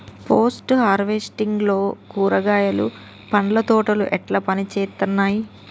Post harvesting లో కూరగాయలు పండ్ల తోటలు ఎట్లా పనిచేత్తనయ్?